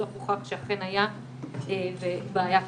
בסוף הוכח שאכן הייתה בעיה קשה.